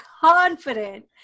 confident